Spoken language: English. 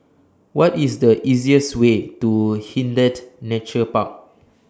What IS The easiest Way to Hindhede Nature Park